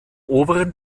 oberen